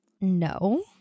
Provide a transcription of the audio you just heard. No